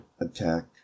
attack